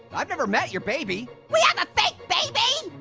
i've never met your baby. we have a fake baby?